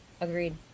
Agreed